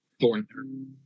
Thorn